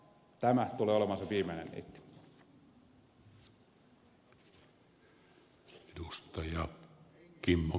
tämä tulee olemaan se viimeinen niitti